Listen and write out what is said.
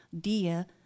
Dia